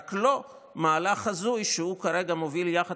רק לא במהלך ההזוי שהוא כרגע מוביל יחד